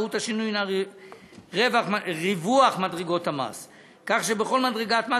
מהות השינוי הנה ריווח מדרגות המס כך שבכל מדרגת מס